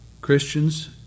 Christians